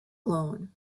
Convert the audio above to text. loan